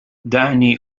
دعني